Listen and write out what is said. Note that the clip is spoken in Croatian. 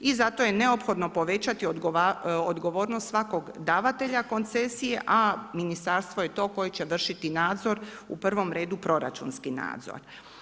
I zato je neophodno povećati odgovornost svakog davatelja koncesije, a ministarstvo je to koje će vršiti nadzor u prvom redu proračunski nadzor.